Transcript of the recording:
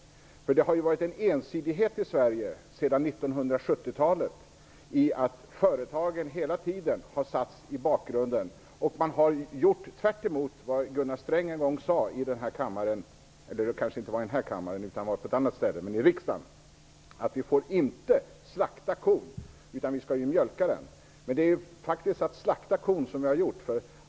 Det har funnits en ensidighet i Sverige sedan 1970-talet så till vida att företagen hela tiden har ställts i bakgrunden. Man har gjort tvärtemot vad Gunnar Sträng en gång sade i riksdagen - vi får inte slakta kon, utan vi skall mjölka den. Nu har vi faktiskt slaktat kon.